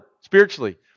spiritually